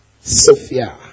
Sophia